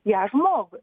ją žmogui